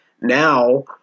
now